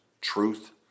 truth